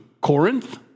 Corinth